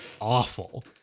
awful